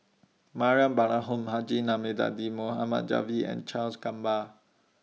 Mariam Balaharom Haji Namazie Mohd Javad and Charles Gamba